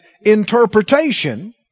interpretation